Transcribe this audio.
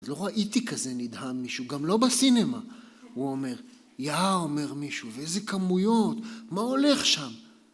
לא ראיתי כזה נדהם מישהו, גם לא בסינמה, הוא אומר, יאאאא... אומר מישהו, ואיזה כמויות, מה הולך שם?